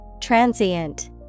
Transient